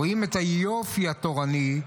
רואים את היופי התורני,